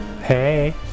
Hey